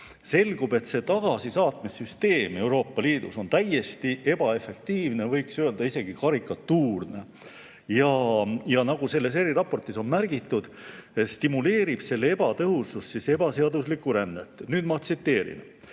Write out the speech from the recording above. Selgub, et see tagasisaatmissüsteem Euroopa Liidus on täiesti ebaefektiivne, võiks öelda, isegi karikatuurne. Ja nagu selles eriraportis on märgitud, stimuleerib selle ebatõhusus ebaseaduslikku rännet. Alates